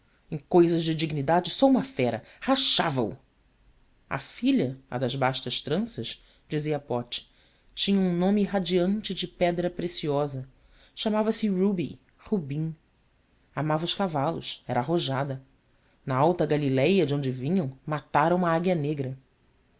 em cousas de dignidade sou uma fera rachava o a filha a das bastas tranças dizia pote tinha um nome radiante de pedra preciosa chamava-se ruby rubim amava os cavalos era arrojada na alta galiléia de onde vinham matara uma águia negra